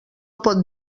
pot